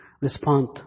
respond